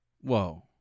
Whoa